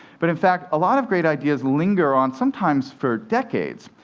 but, in fact, a lot of great ideas linger on, sometimes for decades,